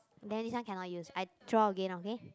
then this one cannot use I draw again okay